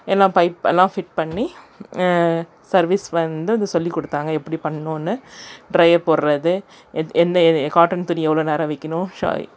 எல்லாம் பைப் எல்லாம் ஃபிட் பண்ணி சர்வீஸ் வந்து அது சொல்லிக் கொடுத்தாங்க எப்படி பண்ணணும்னு ட்ரை அப் போடுறது எத் எந்த இது காட்டன் துணி எவ்வளோ நேரம் வைக்கணும் ஷ